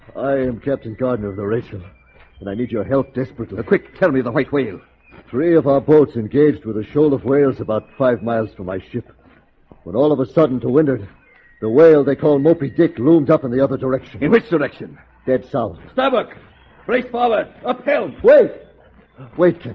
i am captain gardener of aeration and i need your help desperately a quick tell me the white whale three of our boats engaged with a shoal of whales about five miles from my ship when all of a sudden to win it the whale they call moby dick loomed up in the other direction in which direction dead sal fabok place father upheld wait wait